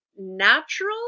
natural